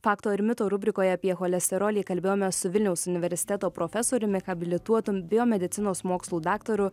fakto ir mito rubrikoje apie cholesterolį kalbėjomės su vilniaus universiteto profesoriumi habilituotu biomedicinos mokslų daktaru